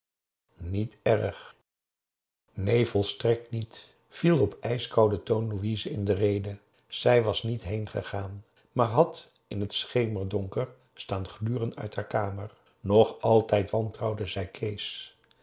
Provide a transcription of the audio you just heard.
niet erg neen volstrekt niet wiel op ijskouden toon louise in de rede zij was niet heengegaan maar had in het schemerdonker staan gluren uit haar kamer nog altijd wantrouwde zij kees